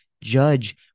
judge